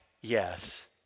Yes